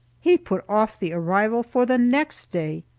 he put off the arrival for the next day!